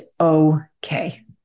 okay